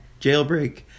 jailbreak